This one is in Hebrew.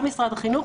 גם משרד החינוך,